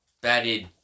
batted